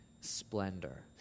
splendor